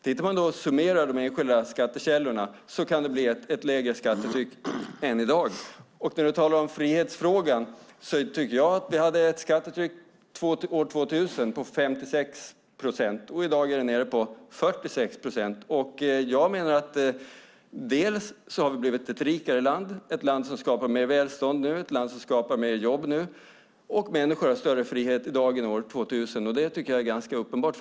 Tittar man då på och summerar de enskilda skattekällorna kan det bli ett lägre skattetryck än i dag. Peter Persson talar om frihetsfrågan. År 2000 hade vi ett skattetryck på 56 procent. I dag är det nere på 46 procent, och jag menar att dels har vi blivit ett rikare land, ett land som nu skapar mer välstånd och jobb, dels har människor större frihet i dag än de hade år 2000. Det tycker jag är ganska uppenbart.